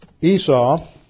Esau